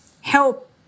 help